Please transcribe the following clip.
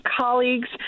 colleagues